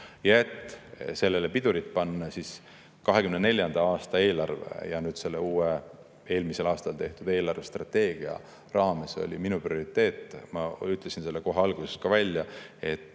Et sellele pidurit panna, oli 2024. aasta eelarve ja selle uue, eelmisel aastal tehtud eelarvestrateegia raames minu prioriteet [väljaõpe]. Ma ütlesin selle kohe alguses ka välja, et